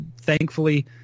thankfully